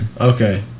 Okay